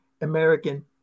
American